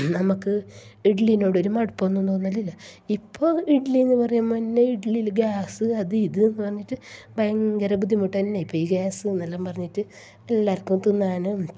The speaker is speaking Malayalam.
നമുക്ക് ഇഡലിനോട് ഒരു മടുപ്പൊന്നും തോന്നലില്ല ഇപ്പോൾ ഇഡലി എന്നു പറയുമ്പോൾ തന്നെ ഇഡലിയിൽ ഗ്യാസ് അത് ഇത് എന്ന് പറഞ്ഞിട്ട് ഭയങ്കര ബുദ്ധിമുട്ട് തന്നെ ഇപ്പം ഈ ഗ്യാസ് എന്നെല്ലാം പറഞ്ഞിട്ട് എല്ലാവര്ക്കും തിന്നാനും